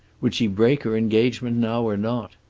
would she break her engagement now or not?